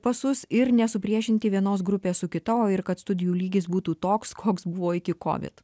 pasus ir nesupriešinti vienos grupės su kita o ir kad studijų lygis būtų toks koks buvo iki kovid